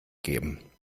geben